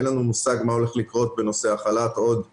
אין לנו מושג מה הולך לקרות בנושא החל"ת בעוד שבועיים.